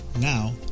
Now